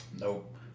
Nope